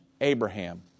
Abraham